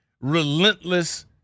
relentless